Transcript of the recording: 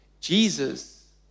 Jesus